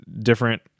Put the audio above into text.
different